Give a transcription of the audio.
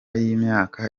y’imyaka